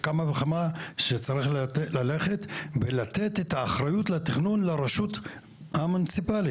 כמה וכמה שצריך ללכת ולתת את האחריות לתכנון לרשות המוניציפלית,